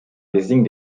désignent